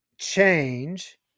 change